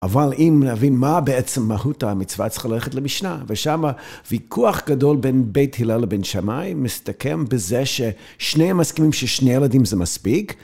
אבל אם נבין מה בעצם מהות המצווה, צריכה ללכת למשנה, ושמה וויכוח גדול בין בית הלל לבין שמאי מסתכם בזה ששניהם מסכימים ששני ילדים זה מספיק.